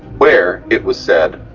where, it was said,